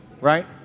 right